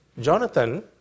Jonathan